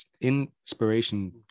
inspiration